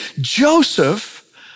Joseph